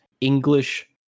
English